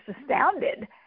astounded